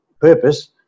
purpose